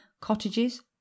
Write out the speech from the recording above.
cottages